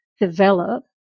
develop